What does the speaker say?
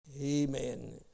Amen